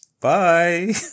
Bye